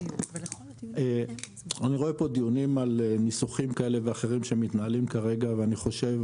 אני רואה פה דיונים על ניסוחים כאלה ואחרים שמתנהלים כרגע ואני חושב,